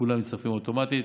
כולם מצטרפים אוטומטית,